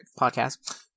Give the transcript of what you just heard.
podcast